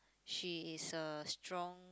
she is a strong